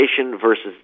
versus